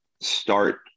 start